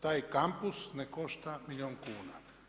Taj kampus ne košta milijun kuna.